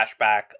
flashback